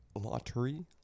lottery